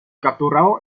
capturado